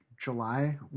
July